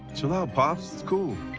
chill out, pops. it's cool.